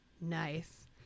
nice